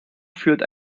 führt